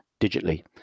digitally